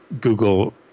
Google